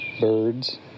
birds